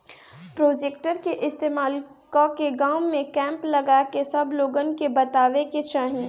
projector के इस्तेमाल कके गाँव में कैंप लगा के सब लोगन के बतावे के चाहीं